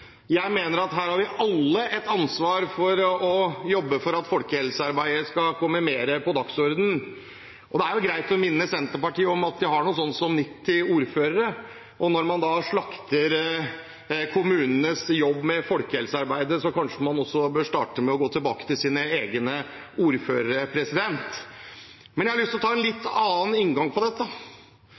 Jeg mener at vi alle har et ansvar for å jobbe for at folkehelsearbeidet skal komme mer på dagsordenen. Det kan være greit å minne Senterpartiet om at de har noe sånt som 90 ordførere, og når man da slakter kommunenes jobb med folkehelsearbeidet, bør man kanskje starte med å gå til sine egne ordførere. Jeg har lyst til å ta en litt annen inngang til dette,